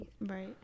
Right